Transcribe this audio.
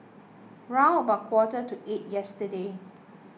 round about quarter to eight yesterday